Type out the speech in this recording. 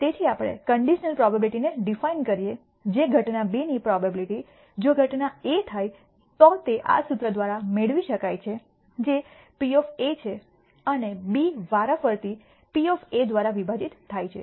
તેથી આપણે conditional probability ને ડિફાઇન કરીયે છે જે ઘટના B ની પ્રોબેબીલીટી જો ઘટના A થાઈ તો તે આ સૂત્ર દ્વારા મેળવી શકાય છે જે P છે અને B વારાફરતી P દ્વારા વિભાજિત થાય છે